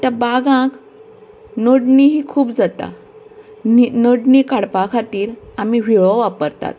त्या बागांक नडणी ही खूब जाता नडणी काडपा खातीर आमी व्हिळो वापरतात